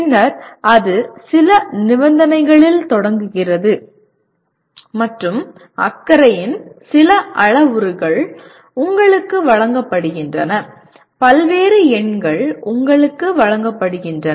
பின்னர் அது சில நிபந்தனைகளில் தொடங்குகிறது மற்றும் அக்கறையின் சில அளவுருக்கள் உங்களுக்கு வழங்கப்படுகின்றன பல்வேறு எண்கள் உங்களுக்கு வழங்கப்படுகின்றன